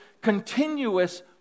continuous